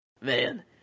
Man